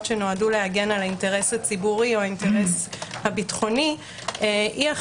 שנועדו להגן על האינטרס הציבורי או האינטרס הביטחוני היא זו